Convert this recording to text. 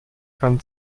kann